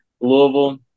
Louisville